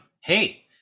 hey